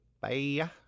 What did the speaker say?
Bye